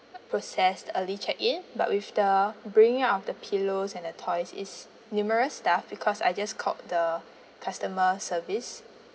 processed the early check in but with the bringing up of the pillows and the toys it's numerous staff because I just called the customer service